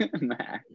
Max